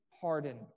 pardon